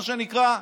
מה שנקרא.